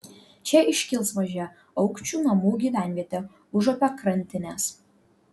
čia iškils mažaaukščių namų gyvenvietė užupio krantinės